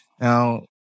Now